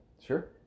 Sure